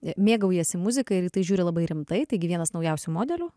mėgaujasi muzika ir į tai žiūri labai rimtai taigi vienas naujausių modelių